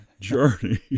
journey